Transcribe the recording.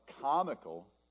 comical